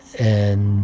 and,